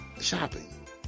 shopping